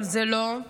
אבל זה לא.